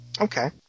Okay